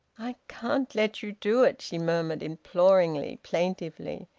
i can't let you do it! she murmured imploringly, plaintively,